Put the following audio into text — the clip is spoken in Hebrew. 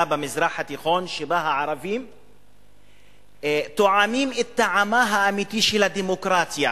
במזרח התיכון שבה הערבים טועמים את טעמה האמיתי של הדמוקרטיה,